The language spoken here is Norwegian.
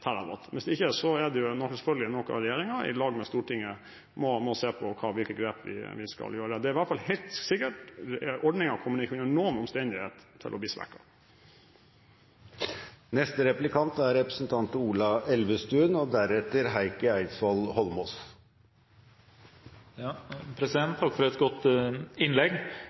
TW. Hvis ikke må selvfølgelig regjeringen, sammen med Stortinget, se på hvilke grep vi skal gjøre. Det er i hvert fall helt sikkert at ordningen kommer ikke under noen omstendighet til å bli svekket. Takk for et godt innlegg.